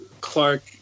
Clark